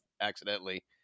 accidentally